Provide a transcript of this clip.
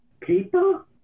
paper